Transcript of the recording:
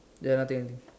ya nothing nothing